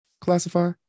classify